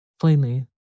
Plainly